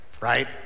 Right